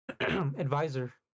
Advisor